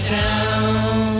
down